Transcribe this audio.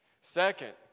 Second